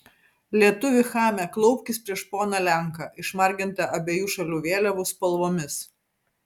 lietuvi chame klaupkis prieš poną lenką išmargintą abiejų šalių vėliavų spalvomis